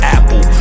Apple